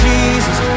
Jesus